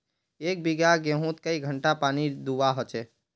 एक बिगहा गेँहूत कई घंटा पानी दुबा होचए?